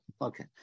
Okay